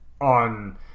on